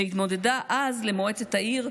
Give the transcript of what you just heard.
שהתמודדה אז למועצת העיר,